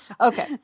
Okay